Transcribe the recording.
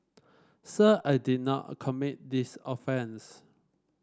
sir I did not commit this offence